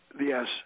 Yes